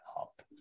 up